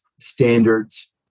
standards